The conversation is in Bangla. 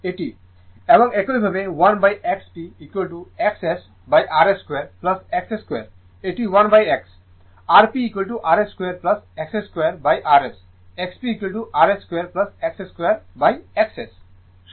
এবং একইভাবে 1XPXSrs 2 XS 2 এটি 1X Rprs 2 XS 2rs XPrs 2 XS 2 XS